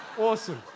Awesome